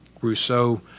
Rousseau